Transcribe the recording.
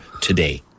today